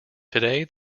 today